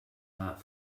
not